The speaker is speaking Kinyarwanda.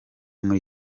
muri